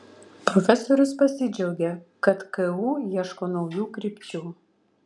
profesorius pasidžiaugė kad ku ieško naujų krypčių